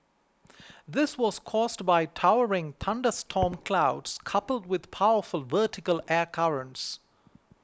this was caused by towering thunderstorm clouds coupled with powerful vertical air currents